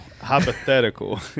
Hypothetical